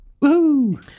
woo